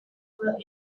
were